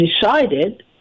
decided